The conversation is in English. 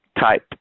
type